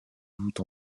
voûte